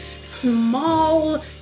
small